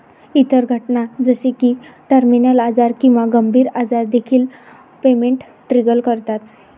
इतर घटना जसे की टर्मिनल आजार किंवा गंभीर आजार देखील पेमेंट ट्रिगर करतात